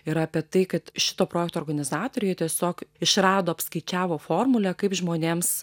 ir apie tai kad šito projekto organizatoriai tiesiog išrado apskaičiavo formulę kaip žmonėms